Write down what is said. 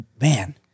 man